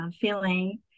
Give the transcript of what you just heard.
feeling